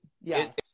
yes